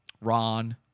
Ron